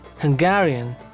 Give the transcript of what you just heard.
Hungarian